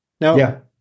Now